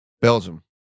belgium